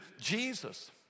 Jesus